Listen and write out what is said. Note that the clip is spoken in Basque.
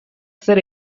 zer